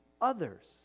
others